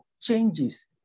changes